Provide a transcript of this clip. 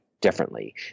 differently